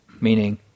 meaning